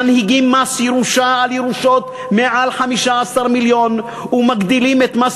מנהיגים מס ירושה על ירושות מעל 15 מיליון שקלים ומגדילים את מס